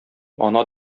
ана